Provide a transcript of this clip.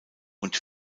und